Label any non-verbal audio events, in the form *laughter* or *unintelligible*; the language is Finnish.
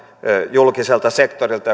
julkiselta sektorilta *unintelligible*